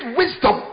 wisdom